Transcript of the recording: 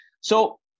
So-